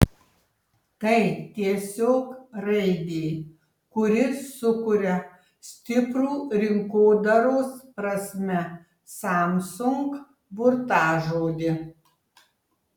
tai tiesiog raidė kuri sukuria stiprų rinkodaros prasme samsung burtažodį